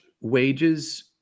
wages